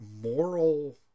moral